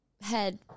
head